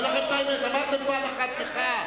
אני אומר לכם את האמת: אמרתם פעם אחת מחאה.